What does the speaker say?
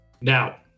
Now